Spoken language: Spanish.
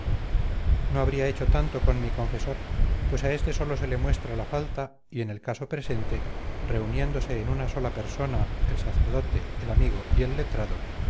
no habría hecho tanto con mi confesor pues a este sólo se le muestra la falta y en el caso presente reuniéndose en una sola persona el sacerdote el amigo y el letrado